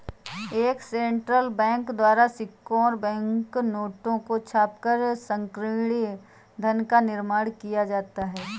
एक central bank द्वारा सिक्कों और बैंक नोटों को छापकर संकीर्ण धन का निर्माण किया जाता है